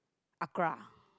Acra